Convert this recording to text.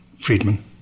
Friedman